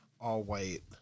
all-white